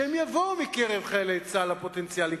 שיבואו מקרב חיילי צה"ל הפוטנציאליים,